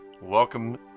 Welcome